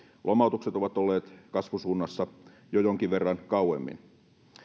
lomautukset ovat olleet kasvusuunnassa jo jonkin verran kauemmin